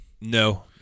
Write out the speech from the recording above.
No